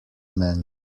man